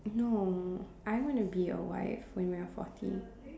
no I want to be a wife when I am forty